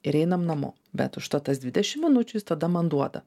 ir einam namo bet užtat tas dvidešimt minučių jis tada man duoda